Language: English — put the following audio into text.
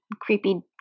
Creepy